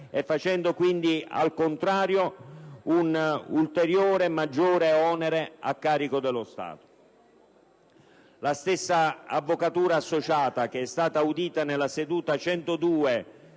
causando quindi, al contrario, un ulteriore maggiore onere a carico dello Stato. La stessa Avvocatura associata, che è stata audita nella seduta n.